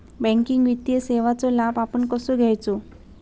Banking वित्तीय सेवाचो लाभ आपण कसो घेयाचो?